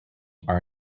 are